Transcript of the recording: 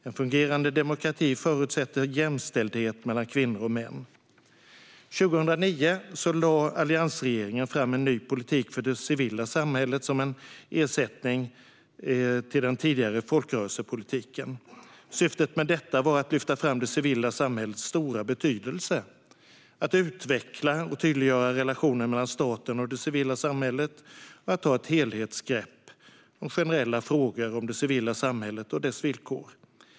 En fungerande demokrati förutsätter jämställdhet mellan kvinnor och män. År 2009 lade alliansregeringen fram en ny politik för det civila samhället som en ersättning till den tidigare folkrörelsepolitiken. Syftet med detta var att lyfta fram det civila samhällets stora betydelse, att utveckla och tydliggöra relationen mellan staten och det civila samhället och att ta ett helhetsgrepp om generella frågor om det civila samhället och dess villkor.